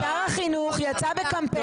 כשנאמרה פה המילה "הסתדרות",